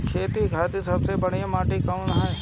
खेती खातिर सबसे बढ़िया माटी कवन ह?